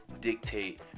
dictate